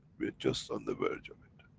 we're just on the verge of it.